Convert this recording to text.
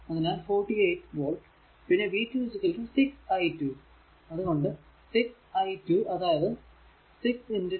അതിനാൽ 48 വോൾട് പിന്നെ v 2 6 i2 അത്കൊണ്ട് 6 i2 അതായതു 6 2